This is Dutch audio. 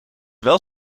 wel